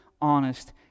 honest